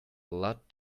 lot